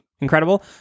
incredible